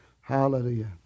Hallelujah